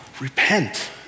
repent